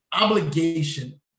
obligation